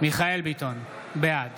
מיכאל מרדכי ביטון, בעד